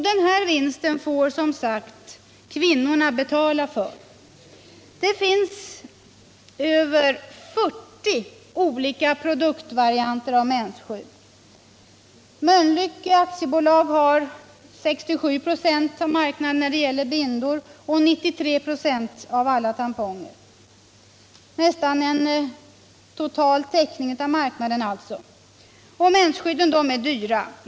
Denna vinst får som sagt kvinnorna betala för. Det finns över 40 olika produktvarianter av mensskydd. Mölnlycke AB har 67 926 av marknaden när det gäller bindor och 93 926 av alla tamponger, nästan en total täckning av marknaden. Mensskydd är dyra.